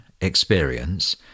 experience